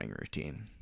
routine